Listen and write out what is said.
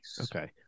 Okay